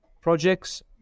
projects